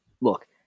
Look